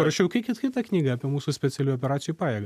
parašiau ki kitą knygą apie mūsų specialiųjų operacijų pajėgą